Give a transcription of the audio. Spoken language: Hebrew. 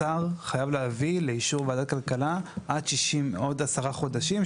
השר חייב להביא לאישור ועדת הכלכלה עוד עשרה חודשים,